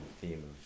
theme